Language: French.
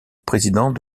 président